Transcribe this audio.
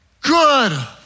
good